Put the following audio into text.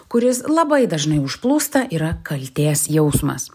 kuris labai dažnai užplūsta yra kaltės jausmas